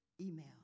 email